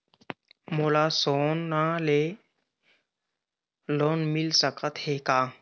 मोला सोना से लोन मिल सकत हे का?